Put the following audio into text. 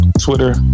Twitter